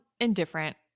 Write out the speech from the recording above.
indifferent